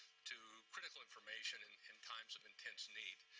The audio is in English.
to critical information in in times of intense need.